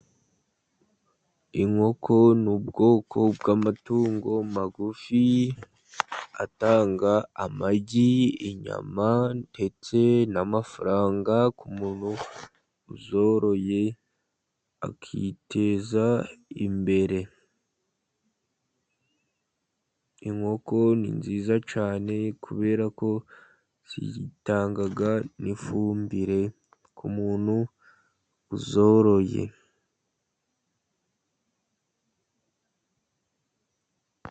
Inkoko ni ubwoko bw'amatungo magufi atanga amagi ,inyama ndetse n'amafaranga ku muntu uzoroye, akiteza imbere. Inkoko ni nziza cyane kubera ko zitanga ifumbire, ku muntu uzoroye.